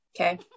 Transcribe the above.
okay